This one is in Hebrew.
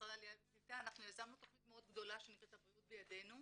ומשרד העלייה והקליטה יזמנו תכנית מאוד גדולה שנקראת "הבריאות בידינו".